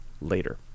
later